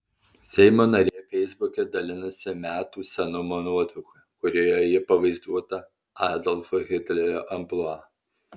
seimo narė feisbuke dalinasi metų senumo nuotrauka kurioje ji pavaizduota adolfo hitlerio amplua